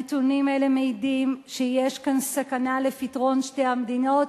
הנתונים האלה מעידים שיש כאן סכנה לפתרון שתי המדינות.